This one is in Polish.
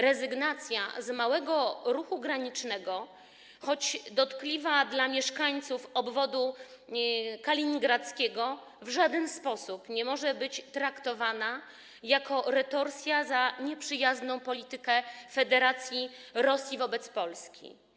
Rezygnacja z małego ruchu granicznego, choć dotkliwa dla mieszkańców obwodu kaliningradzkiego, w żaden sposób nie może być traktowana jako retorsja za nieprzyjazną politykę Federacji Rosyjskiej wobec Polski.